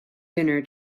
dinner